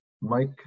Mike